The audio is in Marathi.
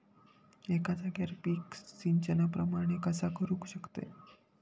एका जाग्यार पीक सिजना प्रमाणे कसा करुक शकतय?